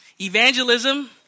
evangelism